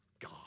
God